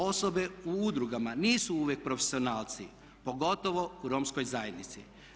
Osobe u udrugama nisu uvijek profesionalci pogotovo u Romskoj zajednici.